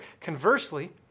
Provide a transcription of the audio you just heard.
Conversely